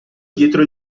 dietro